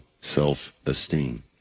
self-esteem